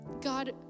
God